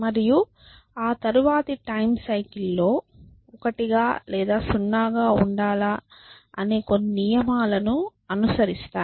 మరియు అవి తరువాతి టైం సైకిల్ లో 1 గా లేదా 0 గా ఉండాలా అనే కొన్ని నియమాలను అనుసరిస్తాయి